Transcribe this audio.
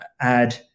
add